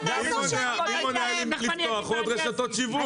מי מונע לפתוח עוד רשתות שיווק?